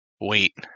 wait